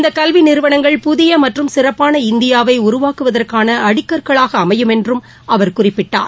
இந்தக் கல்வி நிறுவனங்கள் புதிய மற்றும் சிறப்பான இந்தியாவை உருவாக்குவதற்கான அடிக்கற்களாக அமையும் என்றும் அவர் குறிப்பிட்டார்